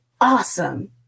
Awesome